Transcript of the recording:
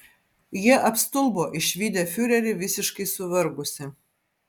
jie apstulbo išvydę fiurerį visiškai suvargusį